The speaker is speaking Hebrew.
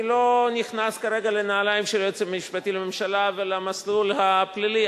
אני לא נכנס כרגע לנעליים של היועץ המשפטי לממשלה ולמסלול הפלילי.